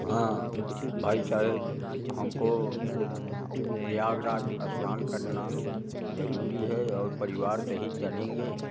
हाँ भाई साहब हमको प्रयागराज स्नान करना जरूरी है और परिवार सहित चलेंगे